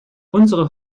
unsere